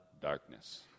darkness